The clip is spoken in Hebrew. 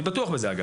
אני בטוח בזה אגב.